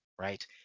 Right